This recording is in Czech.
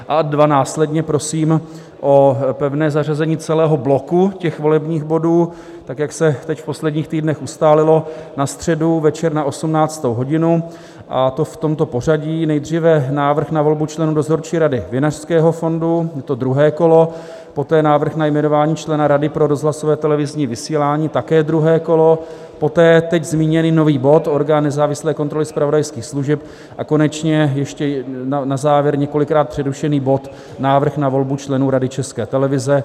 A ad 2, následně prosím o pevné zařazení celého bloku volebních bodů, tak jak se v těch posledních týdnech ustálilo, na středu večer na 18. hodinu, a to v tomto pořadí: nejdříve návrh na volbu dozorčí rady Vinařského fondu, je to druhé kolo, poté návrh na jmenování člena Rady pro rozhlasové a televizní vysílání, také druhé kolo, poté teď zmíněný nový bod Orgán nezávislé kontroly zpravodajských služeb a konečně ještě na závěr několikrát přerušený bod návrh na volbu členů Rady České televize.